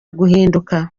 guhinduka